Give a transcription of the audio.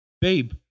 babe